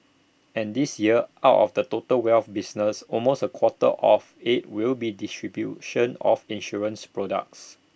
and this year out of the total wealth business almost A quarter of IT will be distribution of insurance products